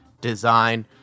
design